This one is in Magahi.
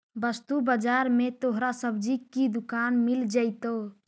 वस्तु बाजार में तोहरा सब्जी की दुकान मिल जाएतो